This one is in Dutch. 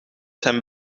zijn